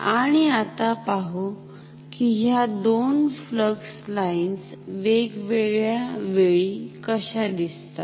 आणि आता पाहू कि ह्या दोन फ्लक्स लाईन्स वेगवेगळ्या वेळी कशा दिसतात